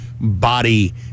body